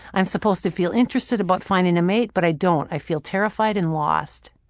i'm supposed to feel interested about finding a mate but i don't. i feel terrified and lost.